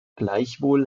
gleichwohl